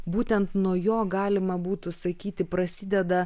būtent nuo jo galima būtų sakyti prasideda